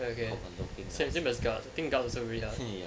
oh okay same same as guards I think guards also really hard